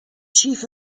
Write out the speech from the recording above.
chief